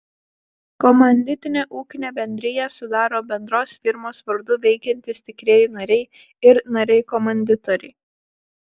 komanditinę ūkinę bendriją sudaro bendros firmos vardu veikiantys tikrieji nariai ir nariai komanditoriai